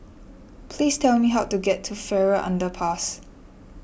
please tell me how to get to Farrer Underpass